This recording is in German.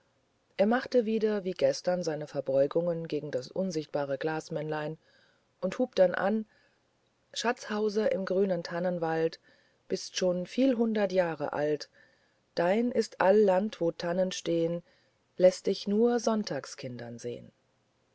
er machte wieder wie gestern seine verbeugungen gegen das unsichtbare glasmännlein und hub dann an schatzhauser im grünen tannenwald bist schon viel hundert jahre alt dein ist all land wo tannen stehn läßt dich nur sonntagskindern sehn